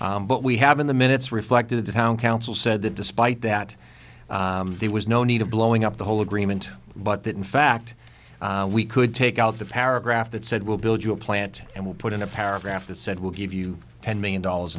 crossed but we have in the minutes reflected the town council said that despite that there was no need of blowing up the whole agreement but that in fact we could take out the paragraph that said we'll build you a plant and we'll put in a paragraph that said we'll give you ten million dollars